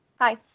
Hi